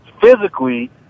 physically